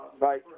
Right